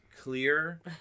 clear